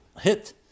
hit